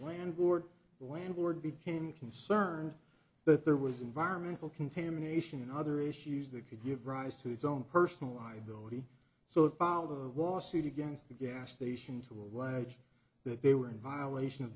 landlord the landlord became concerned that there was environmental contamination and other issues that could give rise to its own personal liability so it found a lawsuit against the gas station to allege that they were in violation of